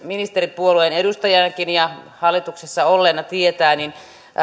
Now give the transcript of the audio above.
ministeripuolueen edustajana ja hallituksessa olleena tietää niin